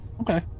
Okay